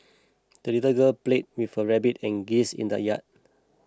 the little girl played with her rabbit and geese in the yard